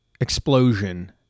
explosion